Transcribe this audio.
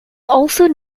also